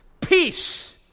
peace